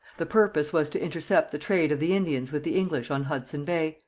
the purpose was to intercept the trade of the indians with the english on hudson bay.